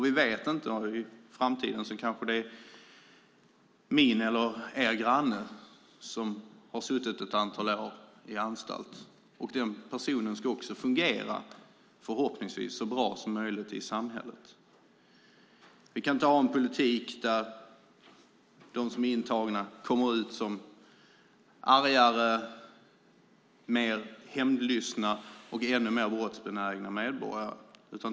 Vi vet inte: I framtiden kanske det är min eller er granne som har suttit ett antal år på anstalt. Den personen ska också fungera i samhället, förhoppningsvis så bra som möjligt. Vi kan inte ha en politik där de som är intagna kommer ut som argare, mer hämndlystna och ännu mer brottsbenägna medborgare.